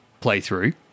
playthrough